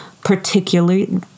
particularly